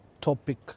topic